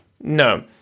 No